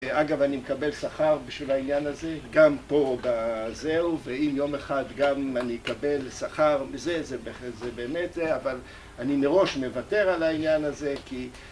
אגב, אני מקבל שכר בשביל העניין הזה, גם פה בזהו, ואם יום אחד גם אני אקבל שכר, זה באמת זה, אבל אני מראש מוותר על העניין הזה, כי...